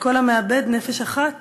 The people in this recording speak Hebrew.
שכל המאבד נפש אחת